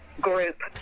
group